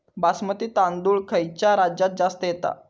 बासमती तांदूळ खयच्या राज्यात जास्त येता?